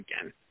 again